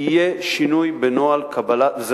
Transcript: יהיה שינוי בנוהל קבלת המורים במגזר הערבי,